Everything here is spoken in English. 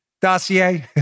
dossier